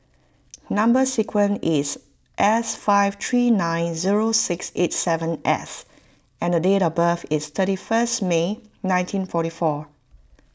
Number Sequence is S five three nine zero six eight seven S and date of birth is thirty first May nineteen forty four